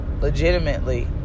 legitimately